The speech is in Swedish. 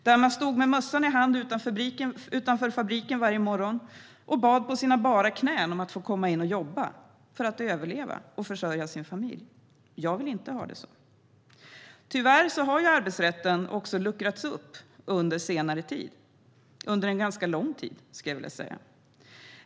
Då stod man med mössan i hand utanför fabriken varje morgon och bad på sina bara knän om att få komma in och jobba en dag för att överleva och kunna försörja sin familj. Jag vill inte ha det så. Tyvärr har arbetsrätten luckrats upp under senare tid - under en ganska lång tid, skulle jag vilja säga.